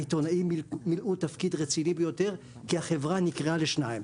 העיתונאים מילאו תפקיד רציני ביותר כי החברה נקרעה לשניים,